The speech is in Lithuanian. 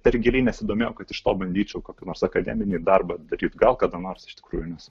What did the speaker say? per giliai nesidomėjau kad iš to bandyčiau kokį nors akademinį darbą daryti gal kada nors iš tikrųjų nes